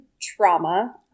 trauma